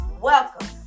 Welcome